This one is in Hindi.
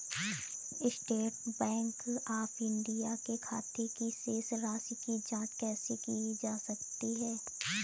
स्टेट बैंक ऑफ इंडिया के खाते की शेष राशि की जॉंच कैसे की जा सकती है?